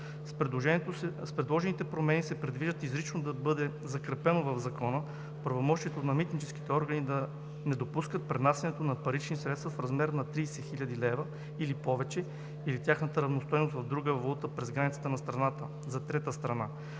С предложените промени се предвижда изрично да бъде закрепено в Закона правомощието на митническите органи да не допускат пренасянето на парични средства в размер на 30 000 лв. или повече, или тяхната равностойност в друга валута през границата на страната за трета страна,